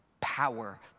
power